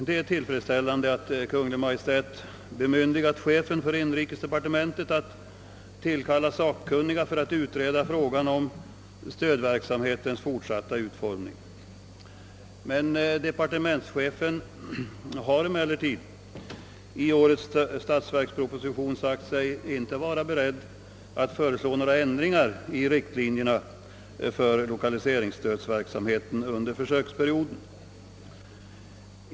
Det är tillfredsställande att Kungl. Maj:t bemyndigat chefen för inrikesdepartementet att tillkalla sakkunniga för att utreda frågan om stödverksamhetens fortsatta utformning. Departementschefen har emellertid i årets statsverksproposition sagt sig inte vara beredd att föreslå några ändringar i riktlinjerna för lokaliseringsstödsverksamheten under försöksperioden.